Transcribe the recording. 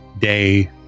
day